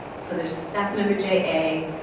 so there's staff member j a.